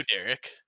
Derek